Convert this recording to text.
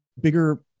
Bigger